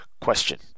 Question